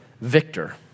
victor